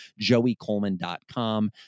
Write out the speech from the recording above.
joeycoleman.com